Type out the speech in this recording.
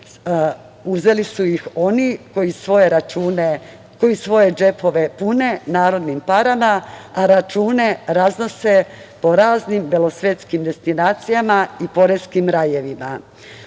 Uzeli su ih oni koji svoje džepove pune narodnim parama, a račune raznose po raznim belosvetskim destinacijama i poreskim rajevima. Ono